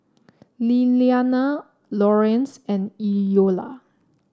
Lilliana Lorenz and Iola